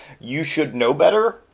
you-should-know-better